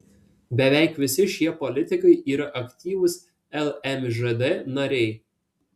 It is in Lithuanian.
beveik visi šie politikai yra aktyvūs lmžd nariai